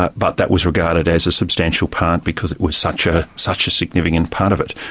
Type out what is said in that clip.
ah but that was regarded as a substantial part because it was such ah such a significant part of it.